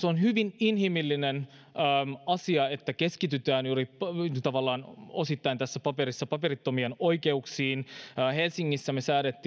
on hyvin inhimillinen asia että keskitytään tavallaan osittain tässä paperissa juuri paperittomien oikeuksiin helsingissä me säädimme